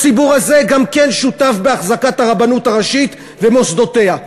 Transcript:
הציבור הזה גם כן שותף בהחזקת הרבנות הראשית ומוסדותיה.